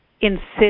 insist